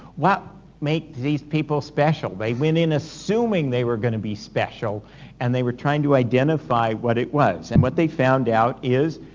make these people special. they went in assuming they were going to be special and they were trying to identify what it was. and what they found out is,